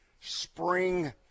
spring